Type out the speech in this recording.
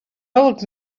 old